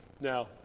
Now